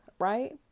right